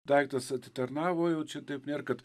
daiktas atitarnavo jau čia taip nėr kad